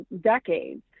decades